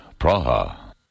Praha